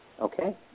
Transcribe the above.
Okay